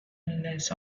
less